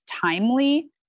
timely